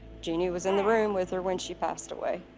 jeanie was in the room with her when she passed away.